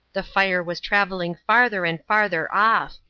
the fire was traveling farther and farther off.